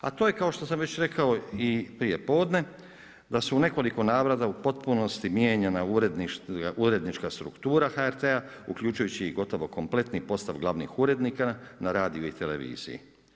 A to je kao što sam već rekao i prije podne, da su u nekoliko navrata u potpunosti mijenjala urednička struktura HRT-a uključujući gotovo kompletni postav glavnih urednika na radiju i televiziji.